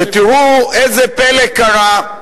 ותראו איזה פלא קרה.